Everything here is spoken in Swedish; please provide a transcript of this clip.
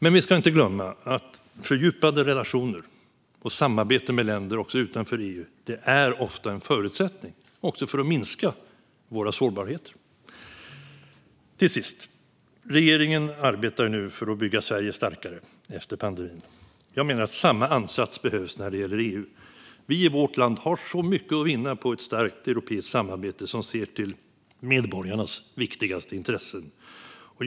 Men vi ska inte glömma att fördjupade relationer och samarbete med länder också utanför EU ofta är en förutsättning också för att minska vår sårbarhet. Till sist: Regeringen arbetar nu för att bygga Sverige starkare efter pandemin. Jag menar att samma ansats behövs när det gäller EU. Vi i vårt land har så mycket att vinna på ett starkt europeiskt samarbete som ser till medborgarnas viktigaste intressen.